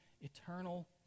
eternal